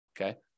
okay